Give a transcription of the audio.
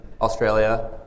Australia